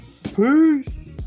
Peace